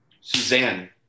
Suzanne